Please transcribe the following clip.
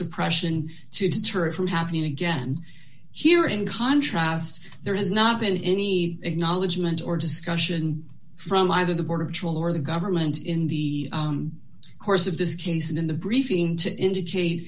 suppression to deter it from happening again here in contrast there is not been any acknowledgement or discussion from either the border patrol or the government in the course of this case and in the briefing to indicate